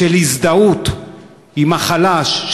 של הזדהות עם החלש,